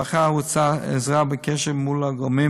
למשפחה הוצעה עזרה בקשר מול הגורמים